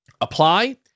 apply